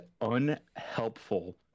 unhelpful